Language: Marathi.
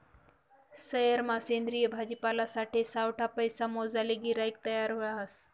सयेरमा सेंद्रिय भाजीपालासाठे सावठा पैसा मोजाले गिराईक तयार रहास